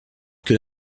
que